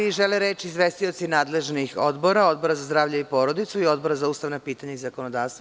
Da li žele reč izvestioci nadležnih odbora, Odbora za zdravlje i porodicu i Odbora za ustavna pitanja i zakonodavstvo?